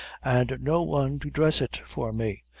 and no one to dress it for me.